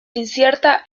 incierta